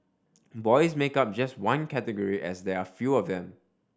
boys make up just one category as there are fewer of them